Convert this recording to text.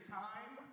time